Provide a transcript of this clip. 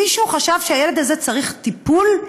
מישהו חשב שהילד הזה צריך טיפול?